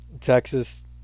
texas